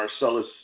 Marcellus